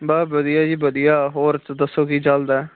ਵਾ ਵਧੀਆ ਜੀ ਵਧੀਆ ਹੋਰ ਦ ਦੱਸੋ ਕੀ ਚੱਲਦਾ